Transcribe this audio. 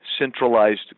centralized